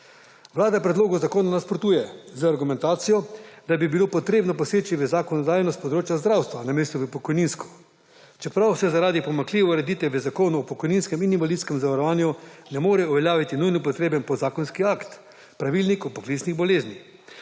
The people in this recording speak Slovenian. Vlada predlogu zakona nasprotuje z argumentacijo, da bi bilo potrebno poseči v zakonodajo s področja zdravstva, namesto v pokojninsko, čeprav se zaradi pomanjkljive ureditve v Zakonu o pokojninskem in invalidskem zavarovanju ne more uveljaviti nujno potreben podzakonski akt, pravilnik o poklicnih boleznih.